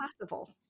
possible